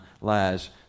lies